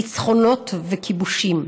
ניצחונות וכיבושים.